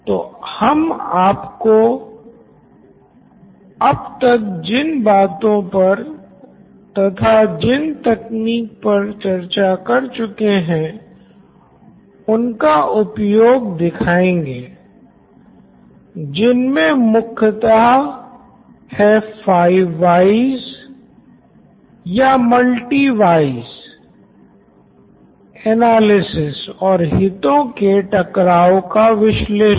तो हम आपको अब तक जिन बातों पर तथा जिन तकनीक पर चर्चा कर चुके है उनका उपयोग दिखाएँगे जिनमे मुखयतः हैं फाइव व्हयस